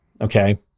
okay